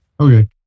Okay